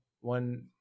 one